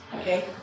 Okay